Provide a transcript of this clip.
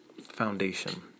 Foundation